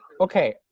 Okay